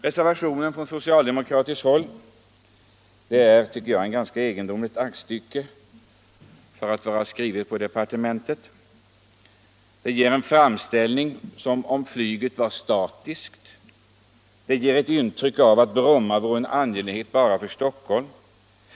Reservationen från socialdemokratiskt håll är, tycker jag, ett ganska egendomligt aktstycke för att vara skrivet på departementet. Det ger en framställning som om flyget var statiskt. Det ger ett intryck av att Bromma vore en angelägenhet bara för Stockholm.